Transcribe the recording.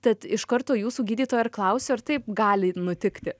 tad iš karto jūsų gydytoja ir klausiu ar taip gali nutikti